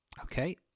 okay